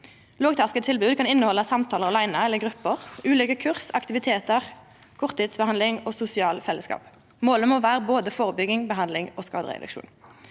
Lågterskeltilbod kan innehalda samtalar med ein åleine eller i grupper, ulike kurs, aktivitetar, korttidsbehandling og sosialt fellesskap. Målet må vera både førebygging, behandling og skadereduksjon.